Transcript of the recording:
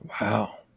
Wow